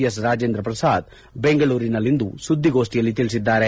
S Rajendra Prasad ಬೆಂಗಳೂರಿನಲ್ಲಿಂದು ಸುದ್ದಿಗೋಷ್ಟಿಯಲ್ಲಿ ತಿಳಿಸಿದ್ದಾರೆ